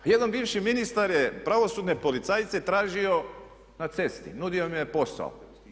A jedan bivši ministar je pravosudne policajce tražio na cesti, nudio im je posao.